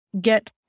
get